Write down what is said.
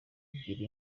gira